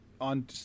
on